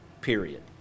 period